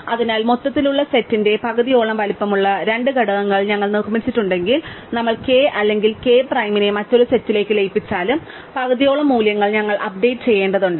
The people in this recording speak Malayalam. അതിനാൽ മൊത്തത്തിലുള്ള സെറ്റിന്റെ പകുതിയോളം വലുപ്പമുള്ള രണ്ട് ഘടകങ്ങൾ ഞങ്ങൾ നിർമ്മിച്ചിട്ടുണ്ടെങ്കിൽ നമ്മൾ k അല്ലെങ്കിൽ k പ്രൈമിനെ മറ്റൊരു സെറ്റിലേക്ക് ലയിപ്പിച്ചാലും പകുതിയോളം മൂല്യങ്ങൾ ഞങ്ങൾ അപ്ഡേറ്റ് ചെയ്യേണ്ടതുണ്ട്